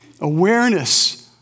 awareness